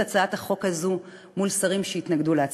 הצעת החוק הזאת מול שרים שהתנגדו לה.